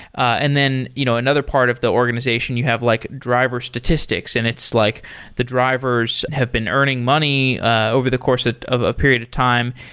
and then you know another part of the organization, you have like driver statistics, and it's like the drivers have been earning money ah over the course of a period of time.